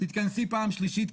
תתכנסי פעם שלישית,